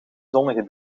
zonnige